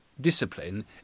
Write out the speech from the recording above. discipline